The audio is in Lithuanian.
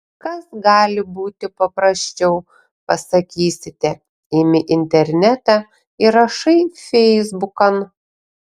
kas gali būti paprasčiau pasakysite imi internetą ir rašai feisbukan